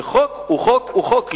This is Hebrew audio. וחוק הוא חוק הוא חוק,